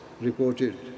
reported